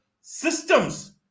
systems